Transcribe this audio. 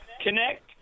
connect